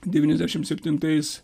devyniasdešimt septintais